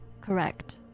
Correct